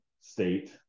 state